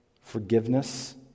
forgiveness